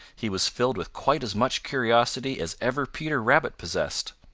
he was filled with quite as much curiosity as ever peter rabbit possessed.